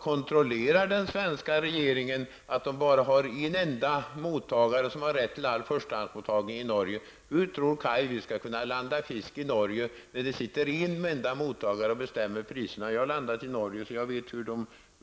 Kontrollerar den svenska regeringen att Norge bara har en enda mottagare som har rätt till all förstahandsmottagning i Norge? Hur tror Kaj Larsson att vi skall kunna landa fiske i Norge när det där sitter en enda mottagare som bestämmer priserna? Jag har landat i Norge, så jag vet hur